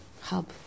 hub